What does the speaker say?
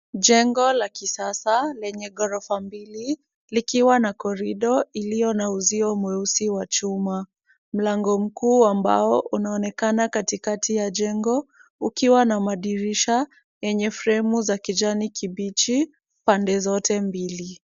Jengo la kisasa lenye ghorofa mbili likiwa na corridor iliyo na uzio wa mweusi chuma. Mlango mkuu wa mbao unaonekana katikati ya jengo, ukiwa na madirisha yenye fremu za kijani kibichi pande zote mbili.